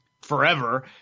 forever